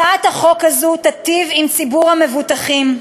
הצעת החוק הזאת תיטיב עם ציבור המבוטחים,